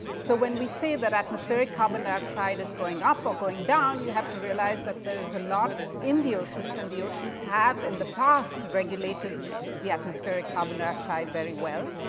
so when we say that atmospheric carbon dioxide is going up or going down, you have to realize that there's a lot in the oceans and the oceans have, in the past, regulated the atmospheric carbon dioxide very well.